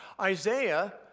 Isaiah